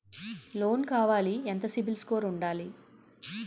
Loan కావాలి ఎంత CIBIL score ఉండాలి?